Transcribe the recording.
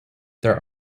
there